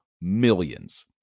millions